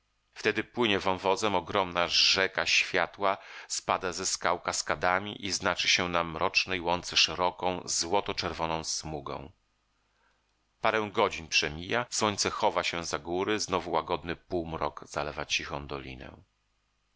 wtedy płynie wąwozem ogromna rzeka światła spada ze skał kaskadami i znaczy się na mrocznej łące szeroką złoto czerwoną smugą parę godzin przemija słońce chowa się za góry znowu łagodny półmrok zalewa cichą dolinę